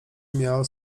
miał